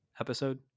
episode